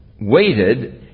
waited